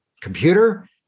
computer